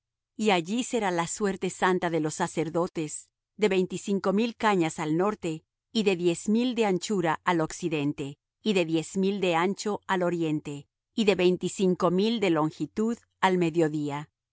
y allí será la suerte santa de los sacerdotes de veinticinco mil cañas al norte y de diez mil de anchura al occidente y de diez mil de ancho al oriente y de veinticinco mil de longitud al mediodía